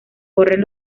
corren